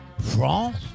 France